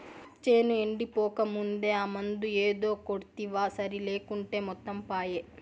చేను ఎండిపోకముందే ఆ మందు ఏదో కొడ్తివా సరి లేకుంటే మొత్తం పాయే